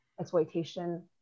exploitation